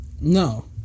No